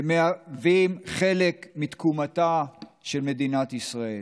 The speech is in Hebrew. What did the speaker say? ומהווים חלק מתקומתה של מדינת ישראל.